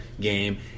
game